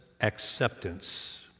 acceptance